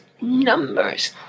numbers